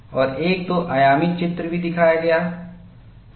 और एक दो आयामी चित्र भी दिखाया गया है